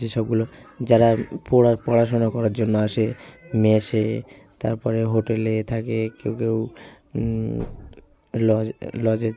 যেসবগুলো যারা পড়া পড়াশুনা করার জন্য আসে মেসে তারপরে হোটেলে থাকে কেউ কেউ লজ লজে